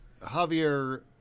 Javier